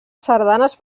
sardanes